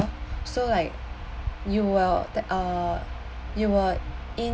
so like you will tha~ uh you will in~